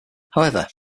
however